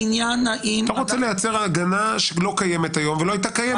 העניין האם --- אתה רוצה לייצר הגנה שלא קיימת היום ולא הייתה קיימת.